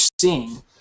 seeing